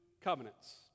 covenants